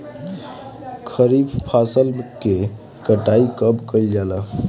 खरिफ फासल के कटाई कब कइल जाला हो?